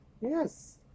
yes